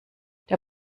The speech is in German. der